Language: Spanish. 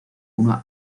uno